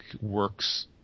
works